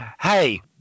Hey